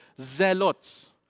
zealots